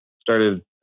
started